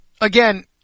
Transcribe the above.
again